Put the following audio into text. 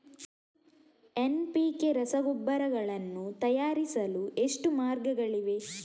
NPK ರಸಗೊಬ್ಬರಗಳನ್ನು ತಯಾರಿಸಲು ಎಷ್ಟು ಮಾರ್ಗಗಳಿವೆ?